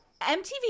MTV